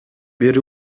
бери